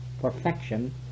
perfection